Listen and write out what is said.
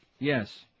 Yes